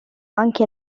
anche